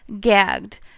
gagged